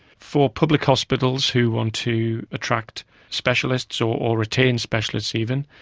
for public hospitals who want to attract specialists or retain specialists even,